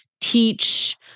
teach